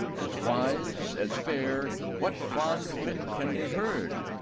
as wise, as fair what fond fit can be heard,